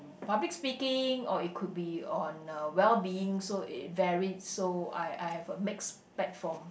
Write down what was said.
public speaking or it could on a well being so it varies so I I have a mix platform